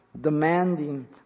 demanding